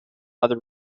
other